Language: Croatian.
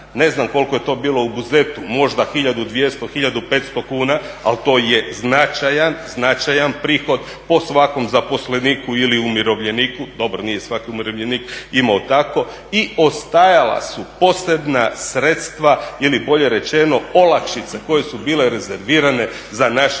ne znam koliko je to bilo u Buzetu, možda 1200, 1500 kuna, ali to je značajan prihod po svakom zaposleniku ili umirovljeniku. Dobro, nije svaki umirovljenik imao tako i ostajala su posebna sredstva ili bolje rečeno olakšice koje su bile rezervirane za naše